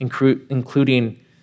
including